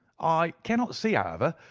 i cannot see, ah however,